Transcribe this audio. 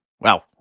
wow